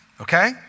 okay